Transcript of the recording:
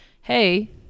hey